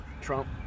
Trump